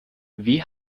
wie